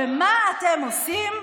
ומה אתם עושים?